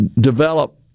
develop